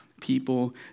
people